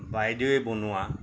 বাইদেৱে বনোৱা